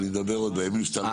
לא,